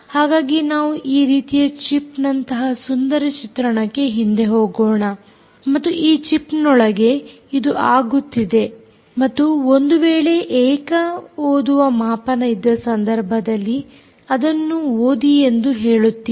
ಹಾಗಾಗಿ ನಾವು ಈ ರೀತಿಯ ಚಿಪ್ ನಂತಹ ಸುಂದರ ಚಿತ್ರಣಕ್ಕೆ ಹಿಂದೆ ಹೋಗೋಣ ಮತ್ತು ಈ ಚಿಪ್ ನೊಳಗೆ ಇದು ಆಗುತ್ತಿದೆ ಮತ್ತು ಒಂದು ವೇಳೆ ಏಕ ಓದುವ ಮಾಪನ ಇದ್ದ ಸಂದರ್ಭದಲ್ಲಿ ಅದನ್ನು ಓದಿ ಎಂದು ಹೇಳುತ್ತೀರಿ